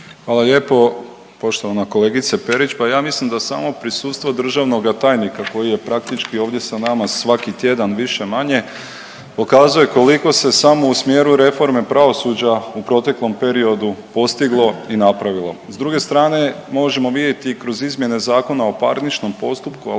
Hvala lijepo. Poštovana kolegice Perić, pa ja mislim da samo prisustvo državnoga tajnika koji je praktički ovdje sa nama svaki tjedan više-manje pokazuje koliko se samo u smjeru reforme pravosuđa u proteklom periodu postiglo i napravilo. S druge strane možemo vidjeti kroz izmjene Zakona o parničnom postupku, ali